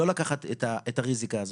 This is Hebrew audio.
לא לקחת את הריזיקה הזו.